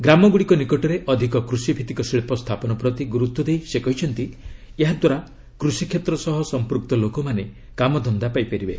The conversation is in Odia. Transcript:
ଗ୍ରାମଗୁଡ଼ିକ ନିକଟରେ ଅଧିକ କୃଷି ଭିତ୍ତିକ ଶିଳ୍ପ ସ୍ଥାପନ ପ୍ରତି ଗୁରୁତ୍ୱ ଦେଇ ସେ କହିଛନ୍ତି ଏହା ଦ୍ୱାରା କୃଷିକ୍ଷେତ୍ର ସହ ସଂପ୍ଦୃକ୍ତ ଲୋକମାନେ କାମଧନ୍ଦା ପାଇପାରିବେ